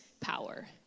power